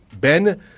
Ben